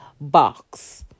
box